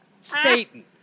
Satan